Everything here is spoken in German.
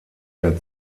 der